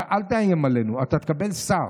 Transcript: אל תאיים עלינו, אתה תקבל שר,